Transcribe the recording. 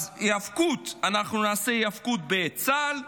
אנחנו נעשה היאבקות בצה"ל,